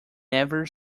never